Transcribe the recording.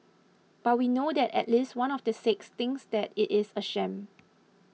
but we know that at least one of the six thinks that it is a sham